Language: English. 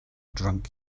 drunk